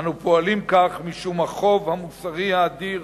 אנו פועלים כך משום החוב המוסרי האדיר